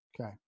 Okay